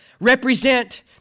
represent